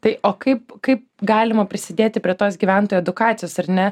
tai o kaip kaip galima prisidėti prie tos gyventojų edukacijos ar ne